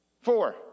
Four